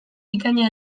bikaina